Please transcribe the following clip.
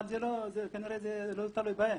אבל כנראה זה לא תלוי בהם.